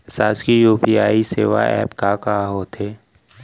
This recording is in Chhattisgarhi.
शासकीय यू.पी.आई सेवा एप का का होथे?